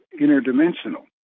interdimensional